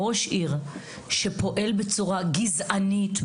ראש עיר שפועל בצורה גזענית,